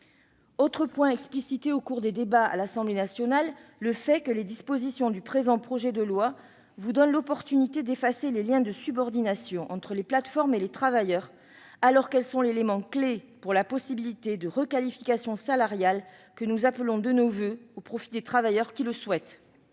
autre point a été explicité au cours des débats à l'Assemblée nationale : le fait que les dispositions du présent projet de loi vous donnent l'opportunité d'effacer les liens de subordination entre les plateformes et les travailleurs, alors qu'elles sont l'élément clef d'une possibilité de requalification salariale que nous appelons de nos voeux au profit des travailleurs qui le souhaitent.